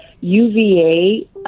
UVA